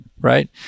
right